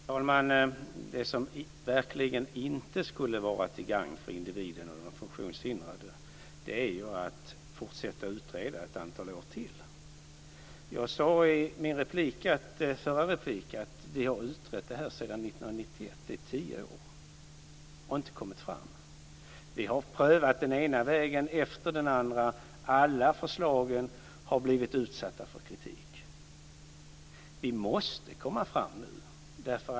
Fru talman! Det som verkligen inte skulle vara till gagn för de funktionshindrade är ju att man fortsätter att utreda ytterligare ett antal år. Jag sade i mitt förra inlägg att detta har utretts sedan 1991, i tio år, och man har ännu inte kommit fram till någonting. Vi har prövat den ena vägen efter den andra och alla förslag har blivit utsatta för kritik. Vi måste komma fram nu.